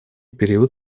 период